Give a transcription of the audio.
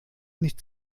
nicht